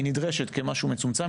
היא נדרשת כמשהו מצומצם,